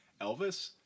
Elvis